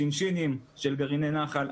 שינשינים של גרעיני נח"ל,